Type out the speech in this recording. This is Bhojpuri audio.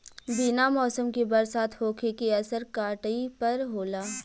बिना मौसम के बरसात होखे के असर काटई पर होला